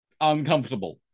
uncomfortable